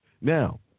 Now